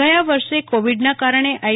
ગયા વર્ષે કોવિડના કારણે આ ઈ